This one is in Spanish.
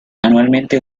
anualmente